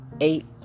eight